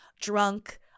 drunk